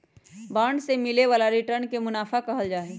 bond से मिले वाला रिटर्न के मुनाफा कहल जाहई